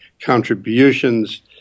contributions